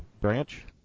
Branch